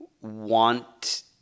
want